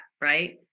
right